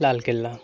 লাল কেল্লা